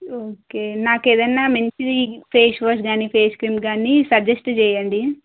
okay నాకేదైనా మంచిది face wash కానీ ఫేస్ క్రీమ్ కానీ సజెస్ట్ చెయ్యండి